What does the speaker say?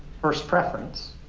first preference